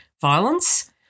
violence